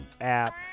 app